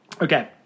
Okay